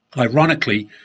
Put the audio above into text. ironically,